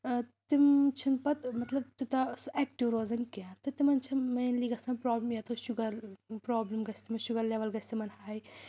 تِم چھِنہٕ پتہٕ مطلب تیوٗتاہ سُہ ایکٹِو روزَان کینٛہہ تہٕ تِمَن چھِنہٕ مینلی گژھان پرابلم یتیس چھُ شُگر پرابلم گژھِ تٔمِس شُگر لیول گژھِ تِمَن ہاے